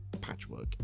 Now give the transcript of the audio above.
patchwork